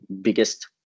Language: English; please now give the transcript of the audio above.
biggest